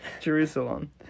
Jerusalem